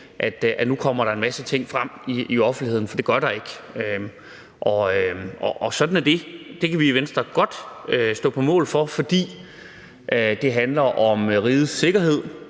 der nu kommer en masse ting frem i offentligheden, for det gør der ikke, og sådan er det. Det kan vi i Venstre godt stå på mål for, fordi det handler om rigets sikkerhed